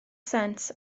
sent